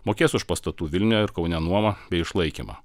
mokės už pastatų vilniuje ir kaune nuomą bei išlaikymą